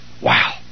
Wow